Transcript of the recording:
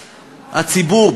הציבור,